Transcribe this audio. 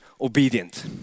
obedient